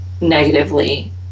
negatively